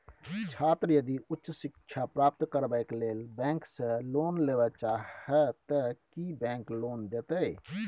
छात्र यदि उच्च शिक्षा प्राप्त करबैक लेल बैंक से लोन लेबे चाहे ते की बैंक लोन देतै?